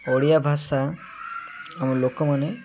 ଓଡ଼ିଆ ଭାଷା ଆମ ଲୋକମାନେ